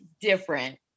different